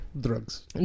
Drugs